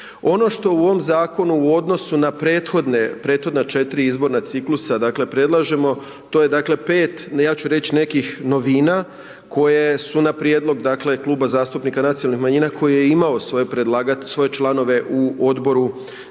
Ono što u ovom zakonu u odnosu na prethodne, prethodna 4 izborna ciklusa, dakle predlažemo to je dakle 5, ja ću reći nekih novina koje su na prijedlog dakle Kluba zastupnika nacionalnih manjina koji je imao svoje članove u odboru,